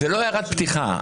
זאת לא הערת פתיחה.